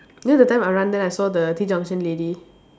you know the time I run there then I saw the T junction lady